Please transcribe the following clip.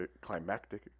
climactic